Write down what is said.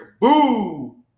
Boo